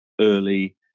early